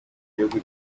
gihugu